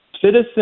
citizen